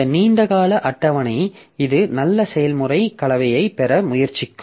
இந்த நீண்ட கால அட்டவணைஇது நல்ல செயல்முறை கலவையைப் பெற முயற்சிக்கும்